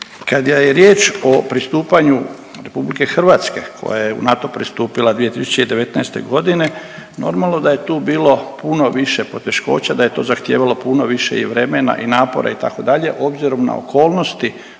Kad je riječ o pristupanju RH koja je u NATO pristupila 2019. g., normalno da je tu bilo puno više poteškoća, da je to zahtijevalo puno više i vremena i napora, itd., obzirom na okolnosti